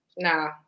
Nah